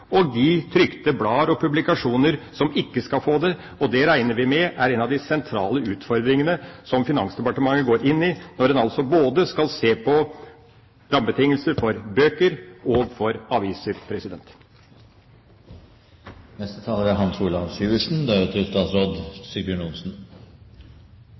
og de trykte blad og publikasjoner som ikke skal få det. Vi regner med at dette er en av de sentrale utfordringene som Finansdepartementet går inn i, når en både skal se på rammebetingelser for bøker og for aviser.